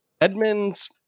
Edmonds